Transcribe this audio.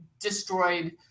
destroyed